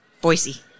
Boise